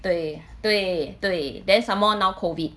对对对 then some more now COVID